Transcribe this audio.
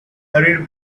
hurried